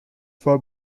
for